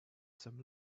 some